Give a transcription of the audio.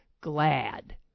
glad